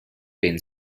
been